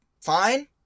fine